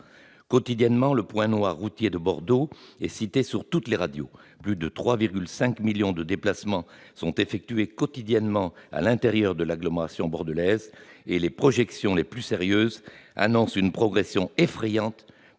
Quotidiennement, le point noir routier de Bordeaux est cité sur toutes les radios. Plus de 3,5 millions de déplacements sont effectués quotidiennement à l'intérieur de l'agglomération bordelaise et les projections les plus sérieuses annoncent une progression effrayante,